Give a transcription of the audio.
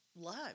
love